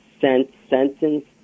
sentence